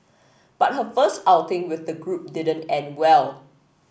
but her first outing with the group didn't end well